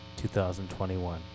2021